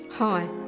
Hi